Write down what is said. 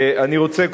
אני רוצה,